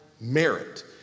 merit